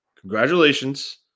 congratulations